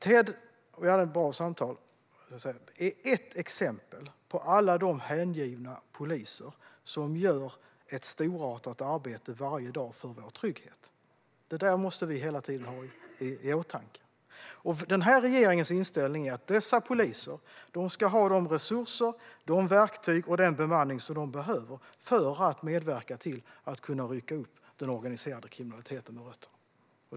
Ted och jag hade ett bra samtal, och han är ett exempel på alla de hängivna poliser som gör ett storartat arbete varje dag för vår trygghet. Detta måste vi hela tiden ha i åtanke. Denna regerings inställning är att dessa poliser ska ha de resurser, de verktyg och den bemanning som de behöver för att medverka till att kunna rycka upp den organiserade kriminaliteten med rötterna.